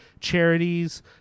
charities